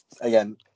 again